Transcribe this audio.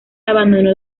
abandono